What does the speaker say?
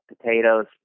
potatoes